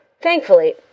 Thankfully